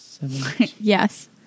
Yes